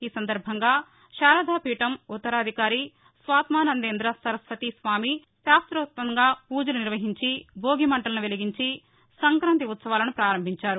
ఈ సందర్భంగా శారదాపీఠం ఉత్తరాధికారి స్వాత్మానందేంద సరస్వతి స్వామి శాస్తోత్వంగా పూజలు నిర్వహించి భోగి మంటలను వెలిగించి సంక్రాంతి ఉత్సవాలను ప్రారంభించారు